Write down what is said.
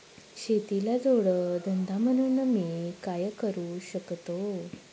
शेतीला जोड धंदा म्हणून मी काय करु शकतो?